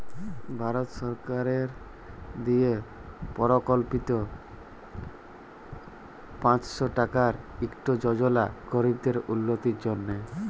ভারত সরকারের দিয়ে পরকল্পিত পাঁচশ টাকার ইকট যজলা গরিবদের উল্লতির জ্যনহে